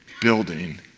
building